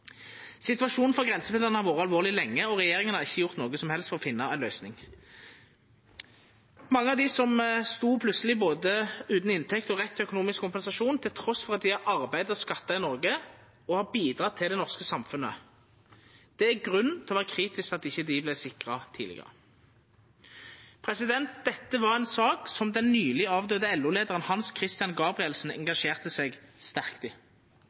Situasjonen for grensependlarane har vore alvorleg lenge, og regjeringa har ikkje gjort noko som helst for å finna ei løysing. Mange av dei stod plutseleg utan både inntekt og rett til økonomisk kompensasjon trass i at dei har arbeidd og skatta til Noreg og bidratt til det norske samfunnet. Det er grunn til å vera kritisk til at dei ikkje vart sikra tidlegare. Dette var ei sak som den nyleg avdøde LO-leiaren Hans-Christian Gabrielsen engasjerte seg sterkt i.